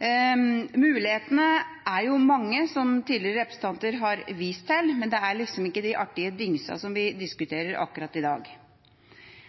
Mulighetene er mange, som representanter tidligere har vist til, men det er ikke de artige dingsene vi diskuterer akkurat i dag.